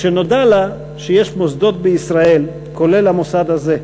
כשנודע לה שיש מוסדות בישראל, כולל המוסד הזה,